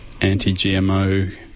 anti-GMO